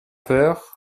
peur